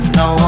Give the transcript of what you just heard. no